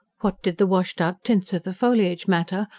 what did the washed-out tints of the foliage matter,